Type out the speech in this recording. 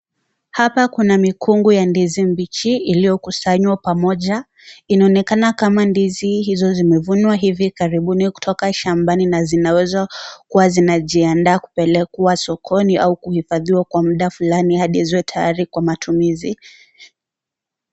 Hapa kuna mikungu ya ndizi mbichi iliyokusanywa pamoja inaonekana kama ndizi hizo zimevunwa hivi karibuni kutoka shamba na zinaweza kuwa zinajiandaa kupelekwa sokoni au kuifadhiwa kwa mda fulani hadi ziwe tayari kwa matumizi.